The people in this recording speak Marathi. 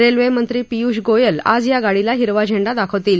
रेल्वेमंत्री पियूष गोयल आज या गाडीला हिरवा झेंडा दाखवतील